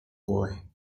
boy